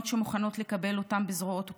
שמוכנות לקבל אותם בזרועות פתוחות,